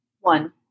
One